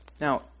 Now